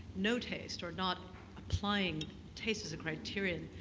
no taste, or not applying taste as a criterion.